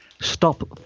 stop